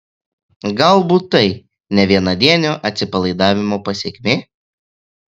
galbūt tai ne vienadienio atsipalaidavimo pasekmė